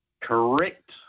Correct